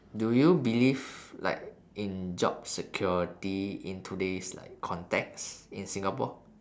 do you believe like in job security in today's like context in singapore